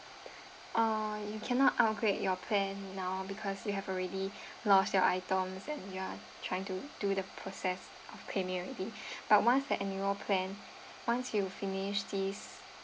uh you cannot upgrade your plan now because you have already lost your items and you are trying to do the process of claiming already but once the annual plan once you finish this